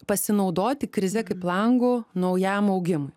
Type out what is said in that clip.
pasinaudoti krizė kaip langu naujam augimui